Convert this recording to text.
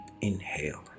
inhale